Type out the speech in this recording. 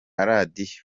radiyo